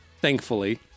thankfully